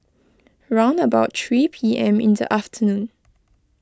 round about three P M in the afternoon